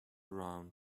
round